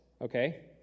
okay